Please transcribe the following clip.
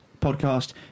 podcast